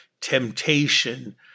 temptation